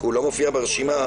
לא רשום לנו.